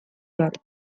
bat